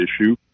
issue